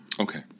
Okay